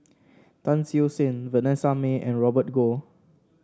Tan Siew Sin Vanessa Mae and Robert Goh